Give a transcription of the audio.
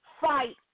fight